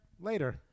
Later